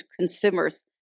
consumers